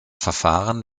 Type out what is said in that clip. verfahren